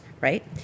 right